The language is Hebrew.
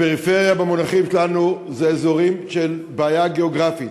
הפריפריה במונחים שלנו זה אזורים של בעיה גיאוגרפית.